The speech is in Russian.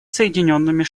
соединенными